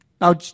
Now